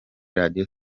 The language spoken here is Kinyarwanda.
radio